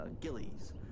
Gillies